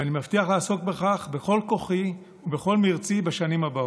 ואני מבטיח לעסוק בכך בכל כוחי ובכל מרצי בשנים הבאות.